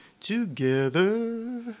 together